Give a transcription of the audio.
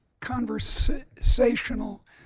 conversational